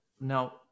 Now